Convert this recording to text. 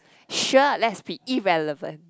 sure let's be irrelevant